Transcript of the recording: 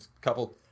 couple